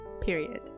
period